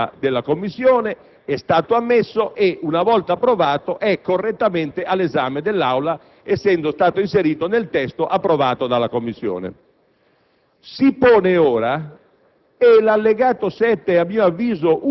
L'emendamento era correttamente, secondo me, all'attenzione della Commissione, è stato ammesso e, una volta approvato, è correttamente all'esame dell'Aula, essendo stato inserito nel testo approvato dalla Commissione.